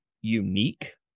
unique